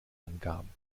angaben